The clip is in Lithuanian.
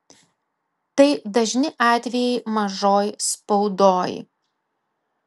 tai dažni atvejai mažoj spaudoj